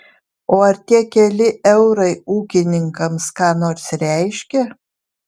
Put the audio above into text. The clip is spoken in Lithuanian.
o ar tie keli eurai ūkininkams ką nors reiškia